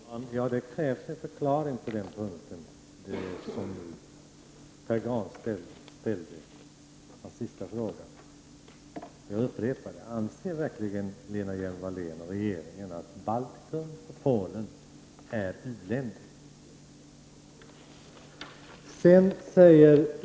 Fru talman! Det krävs ett svar på det som Pär Granstedt nu tog upp. Jag upprepar hans sista fråga: Anser verkligen Lena Hjelm-Wallén och regeringen att Baltikum och Polen är u-länder?